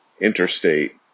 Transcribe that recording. interstate